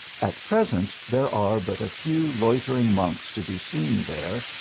at present there are but a few loitering monks to be seen there,